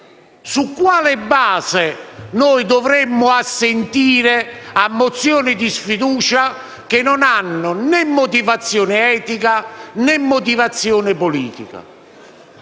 Su quale base noi dovremmo assentire a mozioni di sfiducia che non hanno né motivazione etica, né motivazione politica?